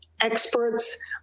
experts